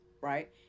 right